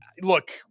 look